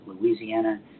Louisiana